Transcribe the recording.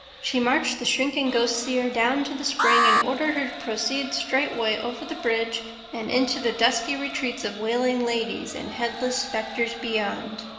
she marched the shrinking ghost-seer down to the spring and ordered her to proceed straightaway over the bridge and into the dusky retreats of wailing ladies and headless specters beyond.